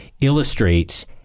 illustrates